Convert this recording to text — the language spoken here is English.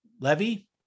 Levy